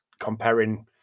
comparing